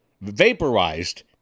vaporized